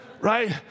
right